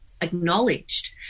acknowledged